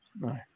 No